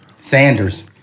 Sanders